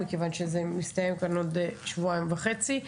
מכיוון שזה מסתיים בעוד שבועיים וחצי,